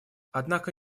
однако